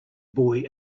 boy